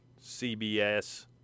CBS